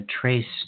trace